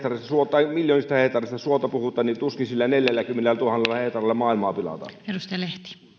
puhutaan miljoonista hehtaareista suota joten tuskin sillä neljälläkymmenellätuhannella hehtaarilla maailmaa pilataan